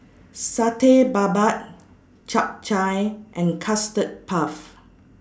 Satay Babat Chap Chai and Custard Puff